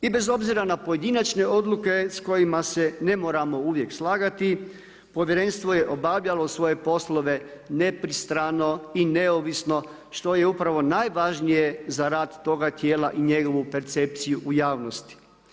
I bez pojedinačne odluke s kojima se ne moramo uvijek slagati povjerenstvo je obavljalo svoje poslove nepristrano i neovisno što je upravo najvažnije za rad toga tijela i njegovu percepciju u javnosti.